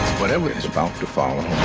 whatever is about to follow.